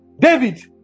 David